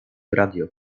radio